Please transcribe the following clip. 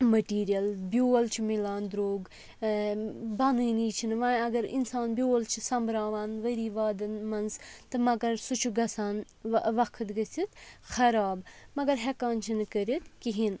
material بیول چھُ مِلان درٛوٚگ بَنٲنی چھِنہٕ وۄنۍ اگر اِنسان بیول چھِ سۄبراوان ؤری وادَن منٛز تہٕ مگر سُہ چھُ گَژھان وقت گٔژھِتھ خراب مگر ہٮ۪کان چھِنہٕ کٔرِتھ کِہیٖنۍ